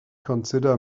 consider